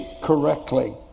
correctly